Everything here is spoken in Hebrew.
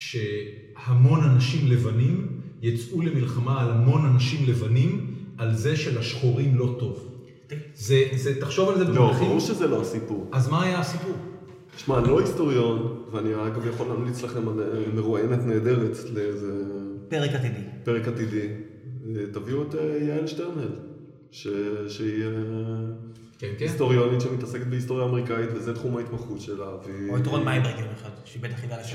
שהמון אנשים לבנים, יצאו למלחמה על... המון אנשים לבנים, על זה שלשחורים לא טוב. זה, זה, תחשוב על זה בדרכים... לא, ברור שזה לא הסיפור. אז מה היה הסיפור? תשמע, אני לא היסטוריון, ואני רק יכול להמליץ לכם מרואיינת נהדרת לאיזה... פרק עתידי. פרק עתידי. תביאו את יעל שטרנר, שהיא היסטוריונית שמתעסקת בהיסטוריה אמריקאית, וזה תחום ההתמחות שלה, והיא... או את רון מייברג שבטח יידע...